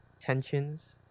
tensions